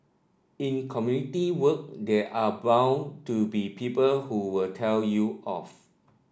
in community work there are bound to be people who will tell you off